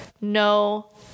no